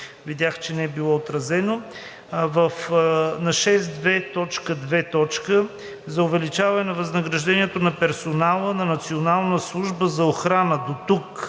видях, че не е било отразено – на 6.2. 2. „За увеличаване на възнаграждението на персонала на Националната служба за охрана“ – дотук,